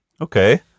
Okay